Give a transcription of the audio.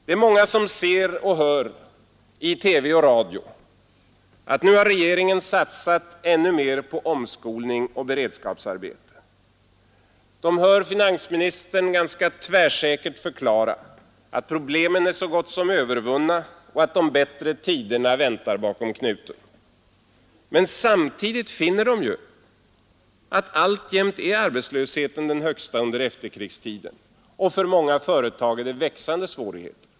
Det är många som ser och hör i TV och radio att nu har regeringen satsat ännu mer på omskolning och beredskapsarbete. De hör finansministern ganska tvärsäkert förklara att problem är så gott som övervunna och att de bättre tiderna väntar bakom knuten. Men samtidigt finner de att arbetslösheten alltjämt är den högsta under efterkrigstiden, och för många företag är det växande svårigheter.